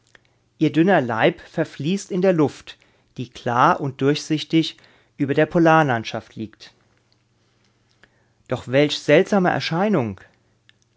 ihr dünner leib verfließt in der luft die klar und durchsichtig über der polarlandschaft liegt doch welch seltsame erscheinung